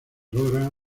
logra